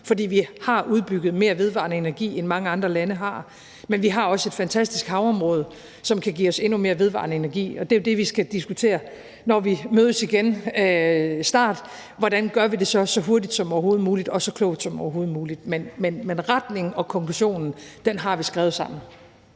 fordi vi har udbygget vedvarende energi mere, end mange andre lande har, men vi har også et fantastisk havområde, som kan give os endnu mere vedvarende energi, og det er jo det, vi skal diskutere, når vi snart mødes igen: Hvordan gør vi det så hurtigt som overhovedet muligt og så klogt som overhovedet muligt? Men retningen og konklusionen har vi skrevet sammen.